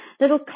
little